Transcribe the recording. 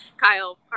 Kyle